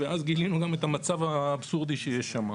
ואז גילינו גם את המצב האבסורדי שיש שם,